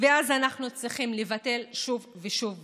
ואז אנחנו צריכים לבטל שוב ושוב ושוב.